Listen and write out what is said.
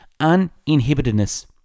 Uninhibitedness